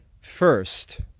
first